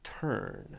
turn